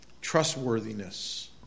Trustworthiness